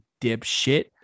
dipshit